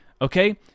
Okay